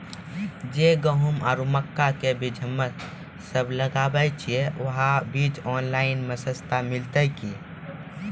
जे गेहूँ आरु मक्का के बीज हमे सब लगावे छिये वहा बीज ऑनलाइन मे सस्ता मिलते की?